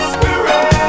Spirit